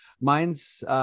mine's